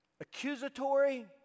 accusatory